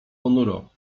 ponuro